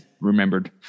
remembered